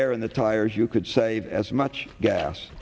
air in the tires you could save as much gas